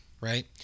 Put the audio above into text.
Right